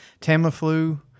Tamiflu